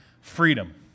freedom